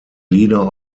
leader